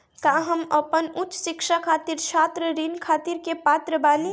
का हम अपन उच्च शिक्षा खातिर छात्र ऋण खातिर के पात्र बानी?